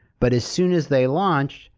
but as soon as they launched,